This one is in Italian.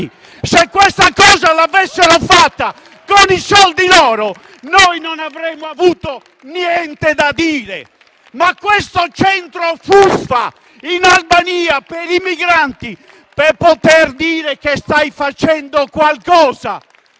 Se questa cosa l'avessero fatta con i soldi loro, noi non avremmo avuto niente da dire. Ma quello in Albania è un centro fuffa per i migranti, per poter dire che si sta facendo qualcosa,